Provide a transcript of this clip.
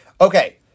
Okay